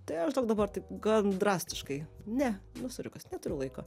tai aš daug dabar taip gan drastiškai ne nu soriukas neturiu laiko